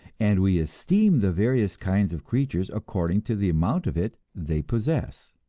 and we esteem the various kinds of creatures according to the amount of it they possess.